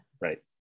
right